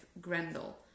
Grendel